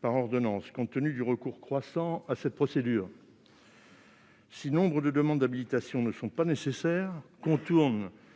par ordonnance, compte tenu du recours croissant à cette procédure. Certes, nombre de demandes d'habilitation ne sont pas nécessaires, contournent